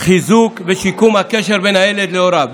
חיזוק ושיקום של הקשר בין הילד להוריו.